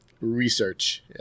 research